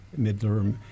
midterm